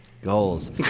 goals